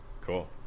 Cool